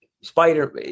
spider